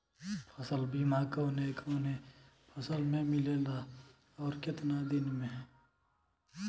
फ़सल बीमा कवने कवने फसल में मिलेला अउर कितना दिन में?